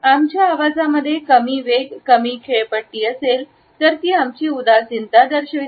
आमच्या आवाजामध्ये कमी वेग आणि कमी खेळपट्टी असेल तर ती आमची उदासीनता दर्शवते